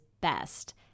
best